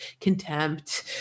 contempt